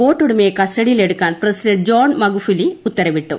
ബോട്ടുടമയെ കസ്റ്റഡിയിൽ എടുക്കാൻ president John Magufuli ഉത്തരവിട്ടു